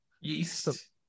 yeast